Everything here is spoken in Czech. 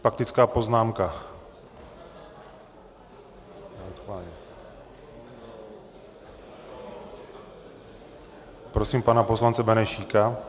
Faktická poznámka, prosím pana poslance Benešíka.